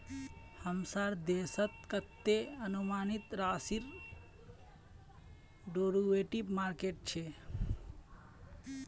हमसार देशत कतते अनुमानित राशिर डेरिवेटिव मार्केट छ